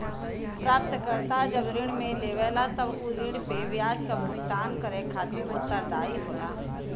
प्राप्तकर्ता जब ऋण लेवला तब उ ऋण पे ब्याज क भुगतान करे खातिर उत्तरदायी होला